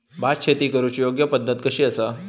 भात शेती करुची योग्य पद्धत कशी आसा?